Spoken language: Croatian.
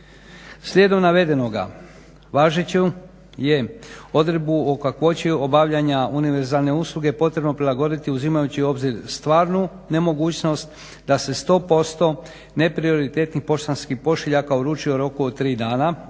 Slijedom navedenoga važeću je odredbu o kakvoći obavljanja univerzalne usluge potrebno prilagoditi uzimajući u obzir stvarnu nemogućnost da se 100% neprioritetnih poštanskih pošiljaka uručuju u roku od tri radna dana,